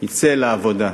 יצא לעבודה,